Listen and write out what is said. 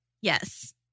Yes